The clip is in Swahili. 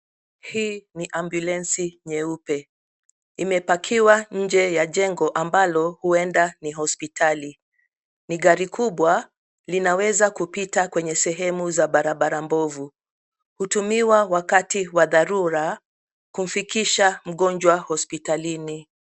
Hii ni ambulensi nyeupe. Imepakiwa nje ya jengo ambalo huenda ni hospitali. Ni gari kubwa linaweza kupita sehemu za barabara mbovu. Hutumika wakati wa dharuru kumfikisha mgonjwa hospitalini.